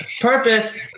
Purpose